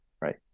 right